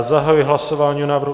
Zahajuji hlasování o návrhu...